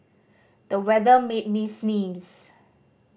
the weather made me sneeze